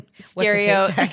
stereo